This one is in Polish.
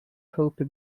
chałupie